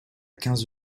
quinze